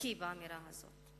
חלקי באמירה הזאת.